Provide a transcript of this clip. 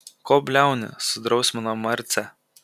ko bliauni sudrausmino marcę